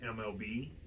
MLB